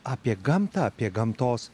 apie gamtą apie gamtos